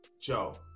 Joe